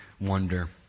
wonder